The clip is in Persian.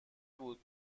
بود